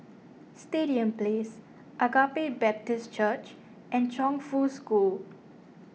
Stadium Place Agape Baptist Church and Chongfu School